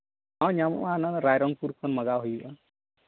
ᱦᱮᱸ ᱧᱟᱢᱚᱜᱼᱟ ᱱᱚᱣᱟ ᱨᱟᱭᱨᱚᱝᱯᱩᱨ ᱠᱷᱚᱱ ᱢᱟᱜᱟᱣ ᱦᱩᱭᱩᱜᱼᱟ